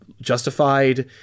justified